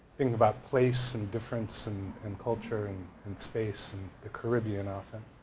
things about place and difference and and culture and and space and the caribbean often.